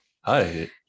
Hi